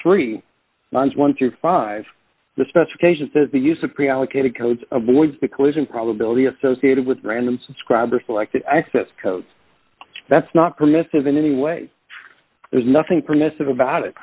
three runs one through five the specification says the use of pre allocated codes avoids the collision probability associated with random subscriber selected access codes that's not permissive in any way there's nothing permissive about it